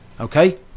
Okay